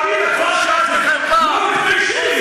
פה לא מפגינים.